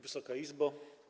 Wysoka Izbo!